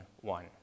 one